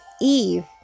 Eve